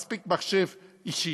מספיק מחשב אישי.